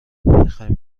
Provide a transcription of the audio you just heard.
میخایم